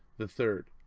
the third!